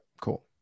cool